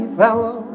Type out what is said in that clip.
fellow